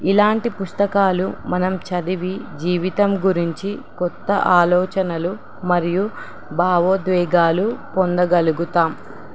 ఇలాంటి పుస్తకాలు మనం చదివి జీవితం గురించి కొత్త ఆలోచనలు మరియు భావోద్వేగాలు పొందగలుగుతాం